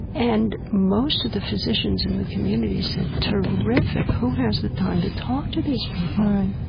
and most of the physicians in the community said, terrific. who has the time to talk to these people?